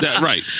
Right